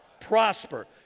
Prosper